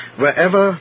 wherever